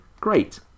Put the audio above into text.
Great